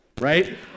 right